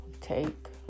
take